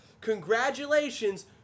congratulations